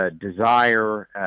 desire